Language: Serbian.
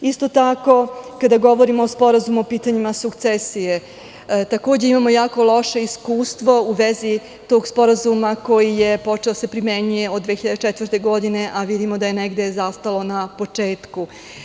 Isto tako, kada govorimo o Sporazumu o pitanjima sukcesije, takođe imamo jako loše iskustvo u vezi tog sporazuma koji je počeo da se primenjuje od 2004. godine a vidimo da je negde zastalo na početku.